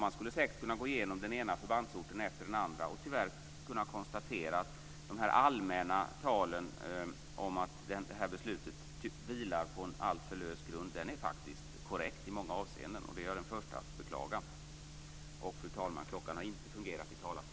Man skulle säkert kunna gå igenom den ena förbandsorten efter den andra och kunna konstatera att det allmänna talet om att beslutet tycks vila på en alltför lös grund är korrekt i många avseenden. Jag är den förste att beklaga det.